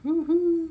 !woohoo!